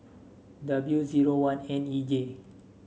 W zero one N E J